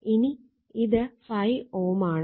ഇനി ഇത് 5 Ω ആണ്